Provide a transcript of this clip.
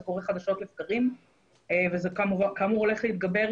זה קורה חדשות לבקרים וזה כאמור הולך להתגבר.